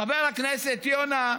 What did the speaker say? חבר הכנסת יונה,